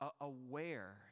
aware